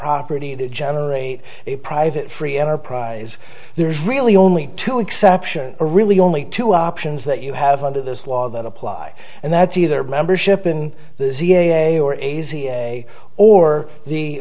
property to generate a private free enterprise there's really only two exceptions are really only two options that you have under this law that apply and that's either membership in the c a a or aid or the